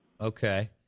Okay